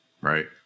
right